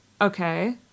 Okay